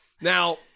Now